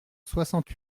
soixante